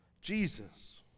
Jesus